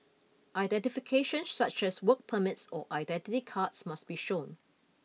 identification such as work permits or identity cards must be shown